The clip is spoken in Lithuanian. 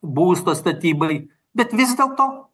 būsto statybai bet vis dėlto